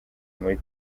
muri